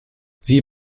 sie